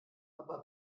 aber